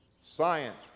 science